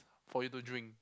for you to drink